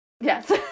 Yes